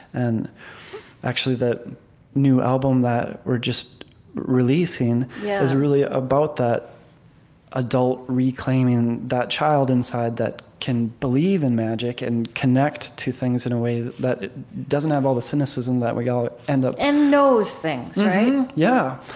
and actually the new album that we're just releasing yeah is really about that adult reclaiming that child inside that can believe in magic and connect to things in a way that doesn't have all the cynicism that we all end up and knows things, right? yeah.